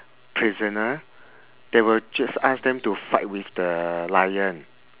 prisoner they will just ask them to fight with the lion